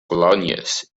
colònies